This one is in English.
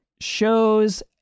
shows